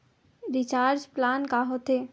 Recharge plan का होथे?